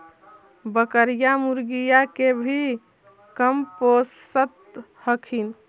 बकरीया, मुर्गीया के भी कमपोसत हखिन?